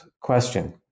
question